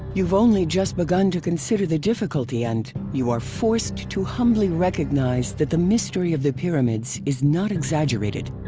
you've only just begun to consider the difficulty and you are forced to humbly recognize that the mystery of the pyramids is not exaggerated.